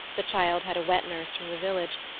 the child had a wet-nurse from the village,